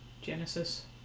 Genesis